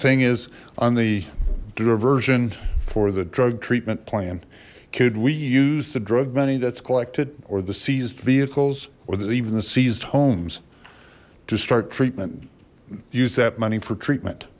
thing is on the diversion for the drug treatment plan kid we use the drug money that's collected or the seized vehicles or that even the seized homes to start treatment use that money for treatment